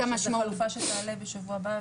שהחלופה שתעלה בשבוע הבא,